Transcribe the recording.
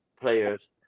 players